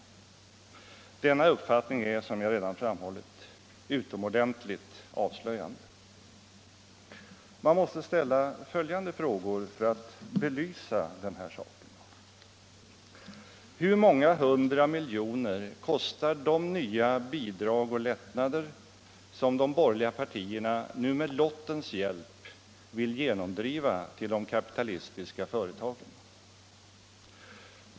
Denna uppfattning är, som jag redan framhållit, utomordentligt talande. Man måste ställa följande frågor för att belysa den saken. Hur många hundra miljoner kostar de nya bidrag och lättnader som de borgerliga partierna nu med lottens hjälp vill genomdriva till de kapitalistiska företagen?